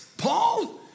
Paul